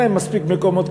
אין להם מספיק מקומות,